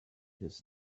his